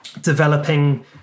developing